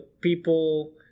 people